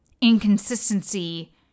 inconsistency